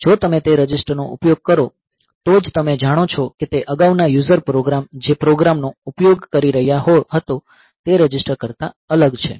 જો તમે તે રજિસ્ટરનો ઉપયોગ કરો તો જ તમે જાણો છો કે તે અગાઉના યુઝર પ્રોગ્રામ જે પ્રોગ્રામનો ઉપયોગ કરી રહ્યો હતો તે રજિસ્ટર કરતાં અલગ છે